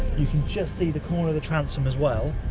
you can just see the corner of the transom as well,